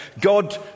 God